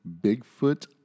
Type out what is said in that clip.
Bigfoot